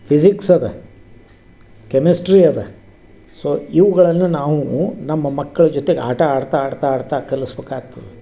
physics ಅದ chemistry ಅದ so ಇವುಗಳನ್ನು ನಾವು ನಮ್ಮ ಮಕ್ಕಳ ಜೊತೆಗೆ ಆಟ ಆಡ್ತಾ ಆಡ್ತಾ ಆಡ್ತಾ ಕಲಸ್ಬೇಕಾಗ್ತದೆ